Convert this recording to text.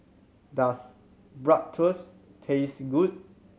does Bratwurst taste good